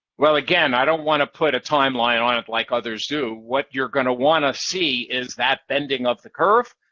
well, again, i don't want to put a time line on it like others do. what you're going to want to see is that bending of the curve.